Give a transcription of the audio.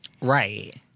right